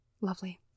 lovely